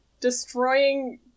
destroying